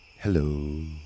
Hello